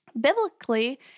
Biblically